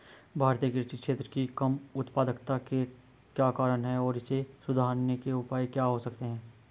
भारतीय कृषि क्षेत्र की कम उत्पादकता के क्या कारण हैं और इसे सुधारने के उपाय क्या हो सकते हैं?